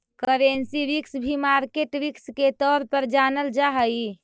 currency risk भी market risk के तौर पर जानल जा हई